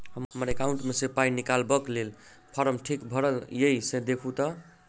हम्मर एकाउंट मे सऽ पाई निकालबाक लेल फार्म ठीक भरल येई सँ देखू तऽ?